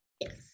Yes